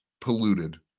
polluted